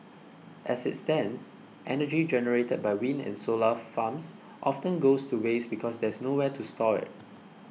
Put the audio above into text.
as it stands energy generated by wind and solar farms often goes to waste because there's nowhere to store it